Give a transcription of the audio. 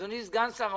אדוני סגן השר,